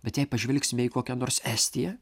bet jei pažvelgsime į kokią nors estiją